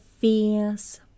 fears